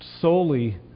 solely